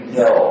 no